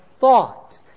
thought